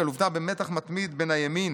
מתמיד בין הימין,